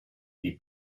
die